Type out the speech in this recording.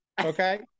okay